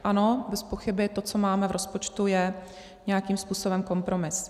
Ano, bezpochyby to, co máme v rozpočtu, je nějakým způsobem kompromis.